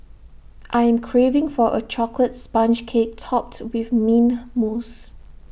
I am craving for A Chocolate Sponge Cake Topped with Mint Mousse